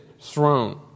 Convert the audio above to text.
throne